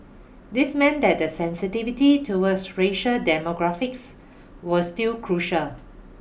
this meant that the sensitivity toward racial demographics was still crucial